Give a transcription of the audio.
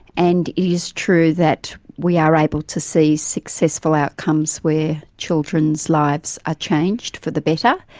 and it is true that we are able to see successful outcomes where children's lives are changed for the but